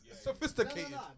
sophisticated